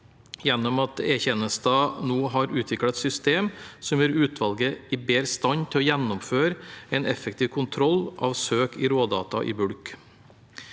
gjennom at E-tjenesten nå har utviklet et system som vil gjøre utvalget i bedre stand til å gjennomføre en effektiv kontroll av søk i rådata i bulk.